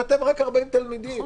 אתה כותב: רק 40 תלמידים.